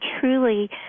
truly